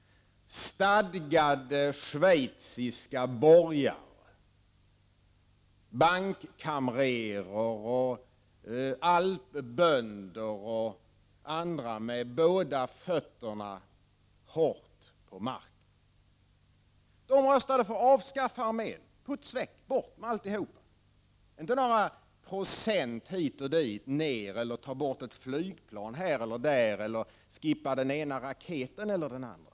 Stadgade schweiziska borgare, bankkamrerer, alpbönder och andra med båda fötterna stadigt på marken röstade på att av skaffa armén. Puts väck, bort med alltihop! Det var inte fråga om några pro = Prot. 1989/90:35 cent hit eller dit, eller att ta bort ett flygplan här eller där eller att skrota den 29 november 1989 ena raketen eller den andra.